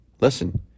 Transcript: Listen